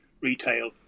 Retail